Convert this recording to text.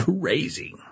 Crazy